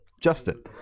Justin